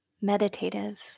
meditative